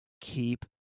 keep